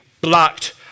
blocked